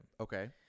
Okay